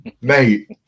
Mate